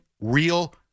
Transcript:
real